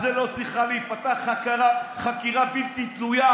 על זה לא צריכה להיפתח חקירה בלתי תלויה,